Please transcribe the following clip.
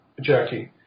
Jackie